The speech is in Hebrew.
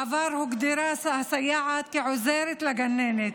בעבר הוגדרה הסייעת כעוזרת לגננת,